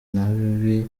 nabi